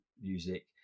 music